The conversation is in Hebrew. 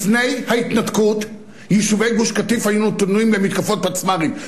לפני ההתנתקות יישובי גוש-קטיף היו נתונים למתקפות פצמ"רים.